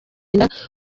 inda